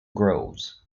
groves